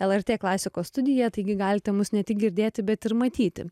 lrt klasikos studiją taigi galite mus ne tik girdėti bet ir matyti